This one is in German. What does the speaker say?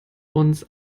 uns